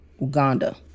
Uganda